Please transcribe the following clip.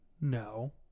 No